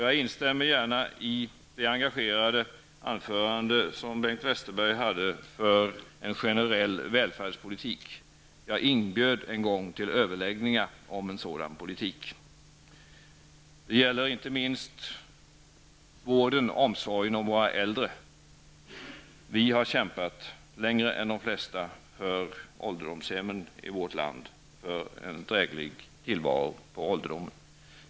Jag instämmer gärna i Bengt Westerbergs engagerade anförande, där han talade för en generell välfärdspolitik. En gång inbjöd jag till överläggningar om en sådan politik. Inte minst gäller det vården av och omsorgen om våra äldre. Vi har kämpat längre än de flesta för ålderdomshemmen i vårt land, dvs. för en dräglig tillvaro på ålderdomen.